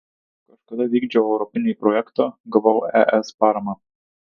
kažkada vykdžiau europinį projektą gavau es paramą